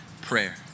prayer